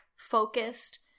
focused